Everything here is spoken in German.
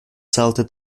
zahlte